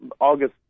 August